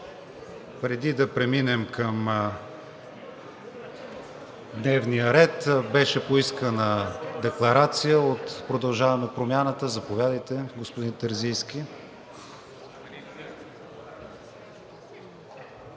Преди да преминем към дневния ред, беше поискана декларация от „Продължаваме Промяната“. Заповядайте, господин Терзийски.